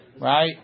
right